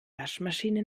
waschmaschine